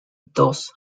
dos